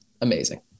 Amazing